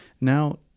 Now